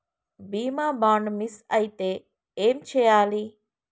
బీమా bond miss అయితే ఏం చేయాలి?